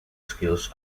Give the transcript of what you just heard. skills